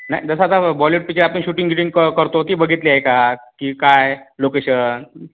नाही जसं आता बॉलीवूड पिच्चर आपण शूटिंग बिटिंग क करतो ती बघितली आहे का की काय लोकेशन